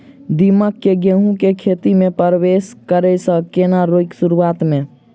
दीमक केँ गेंहूँ केँ खेती मे परवेश करै सँ केना रोकि शुरुआत में?